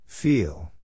Feel